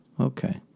okay